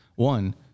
One